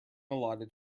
allotted